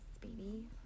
baby